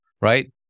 right